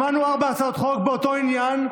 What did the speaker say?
שמענו הרבה הצעות חוק באותו עניין.